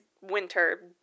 winter